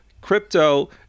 crypto